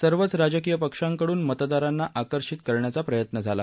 सर्वच राजकीय पक्षांकडून मतदारांना आकर्षित करण्याचा प्रयत्न झाला